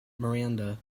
miranda